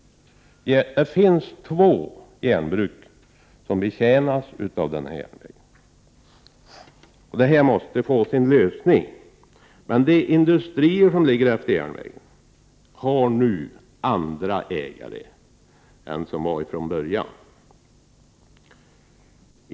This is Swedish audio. Det finns två järnbruk som betjänas av denna järnväg. Detta måste få sin lösning. De industrier som ligger längs järnvägen har dock nu andra ägare än dem som fanns från början.